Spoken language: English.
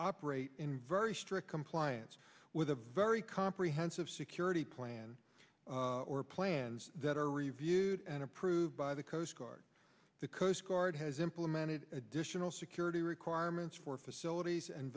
operate in very strict compliance with a very comprehensive security plan or plans that are reviewed and approved by the coast guard the coast guard has implemented additional security requirements for facilities and